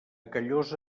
callosa